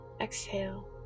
exhale